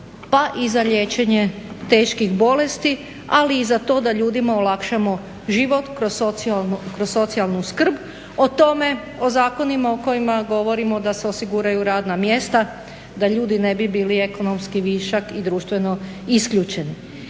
pa i za liječenje teških bolesti, ali i za to da ljudima olakšamo život kroz socijalnu skrb. O tome, o zakonima o kojima govorimo da se osiguraju radna mjesta da ljudi ne bi bili ekonomski višak i društveno isključeni.